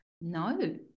No